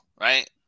right